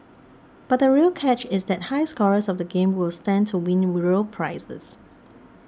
but the real catch is that high scorers of the game will stand to win real prizes